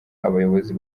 abayobozi